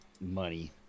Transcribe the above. Money